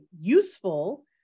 useful